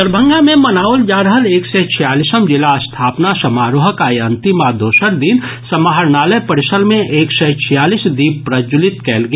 दरभंगा मे मनाओल जा रहल एक सय छियालिसम् जिला स्थापना समारोहक आइ अंतिम आ दोसर दिन समाहरणालय परिसर मे एक सय छियालिस दीप प्रज्वलित कयल गेल